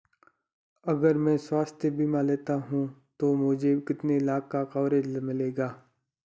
अगर मैं स्वास्थ्य बीमा लेता हूं तो मुझे कितने लाख का कवरेज मिलेगा?